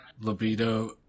libido